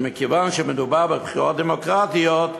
שמכיוון שמדובר בבחירות דמוקרטיות,